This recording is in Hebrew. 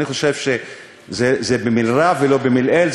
אני חושב שזה במלרע ולא במלעיל,